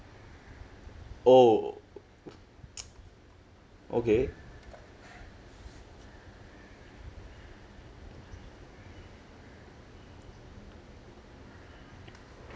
oh okay